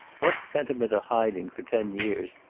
what sent him into hiding for ten years,